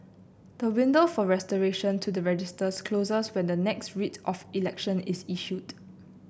the window for restoration to the registers closes when the next Writ of Election is issued